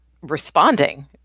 responding